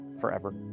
forever